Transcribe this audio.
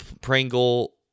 Pringle